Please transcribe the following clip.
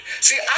See